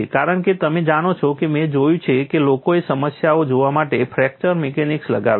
કારણ કે તમે જાણો છો કે મેં જોયું છે કે લોકોએ સમસ્યાઓ જોવા માટે ફ્રેક્ચર મિકેનિક્સ લગાવ્યા છે